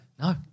No